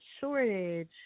shortage